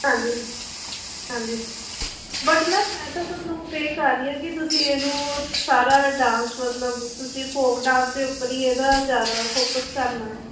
ਹਾਂਜੀ ਹਾਂਜੀ but ma'am ਮੈਂ ਤਾਂ ਤੁਹਾਨੂੰ ਪੇ ਕਰ ਰਹੀ ਹਾਂ ਕਿ ਤੁਸੀਂ ਇਹਨੂੰ ਸਾਰਾ ਡਾਂਸ ਮਤਲਬ ਤੁਸੀਂ ਫੋਕ ਡਾਂਸ ਦੇ ਉੱਪਰ ਹੀ ਇਹਦਾ ਜ਼ਿਆਦਾ ਫੋਕਸ ਕਰਨਾ ਹੈ